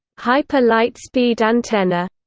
hyper-light-speed antenna,